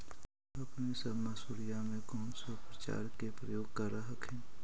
अपने सब मसुरिया मे कौन से उपचार के प्रयोग कर हखिन?